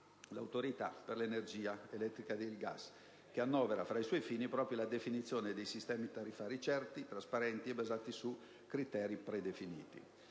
dall'Autorità per l'energia elettrica e il gas, che annovera fra i suoi fini specifici proprio la definizione di sistemi tariffari certi, trasparenti e basati su criteri predefiniti.